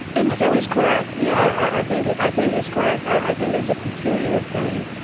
and so he's correct yeah i think i think he's correct. i think there's a peculiar thing,